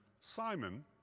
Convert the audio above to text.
Simon